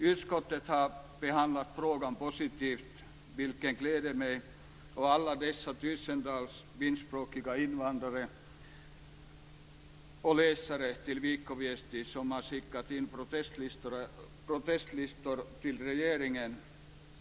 Utskottet har behandlat frågan positivt, vilket gläder mig och alla dessa tusentals finskspråkiga invandrare och läsare till Viikkoviesti som har skickat in protestlistor till regeringen.